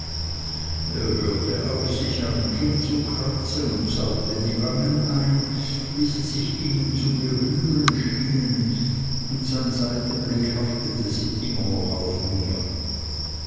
er hörte auf sich am kinn zu kratzen saugte die wangen ein bis sie sich innen zu berühren schienen und sein seitenblick haftete immer noch auf mir